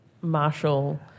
Marshall